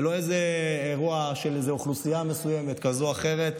זה לא איזה אירוע של אוכלוסייה מסוימת כזאת או אחרת.